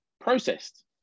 processed